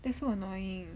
that's so annoying